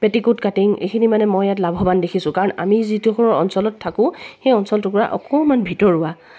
petticoat cutting এইখিনি মানে মই ইয়াত লাভৱান দেখিছোঁ কাৰণ আমি যিডোখৰ অঞ্চলত থাকোঁ সেই অঞ্চল টুকুৰা অকণমান ভিতৰুৱা